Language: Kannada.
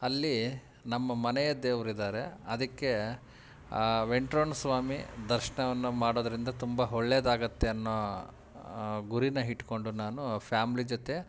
ಅಲ್ಲಿ ನಮ್ಮ ಮನೆಯ ದೇವ್ರಿದ್ದಾರೆ ಅದಕ್ಕೆ ಆ ವೆಂಟ್ರೊಣ ಸ್ವಾಮಿ ದರ್ಶನವನ್ನ ಮಾಡೋದ್ರಿಂದ ತುಂಬ ಒಳ್ಳೇದಾಗತ್ತೆ ಅನ್ನೋ ಗುರಿನ ಇಟ್ಕೊಂಡು ನಾನು ಫ್ಯಾಮ್ಲಿ ಜೊತೆ